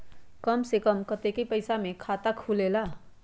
कम से कम कतेइक पैसा में खाता खुलेला?